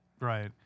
Right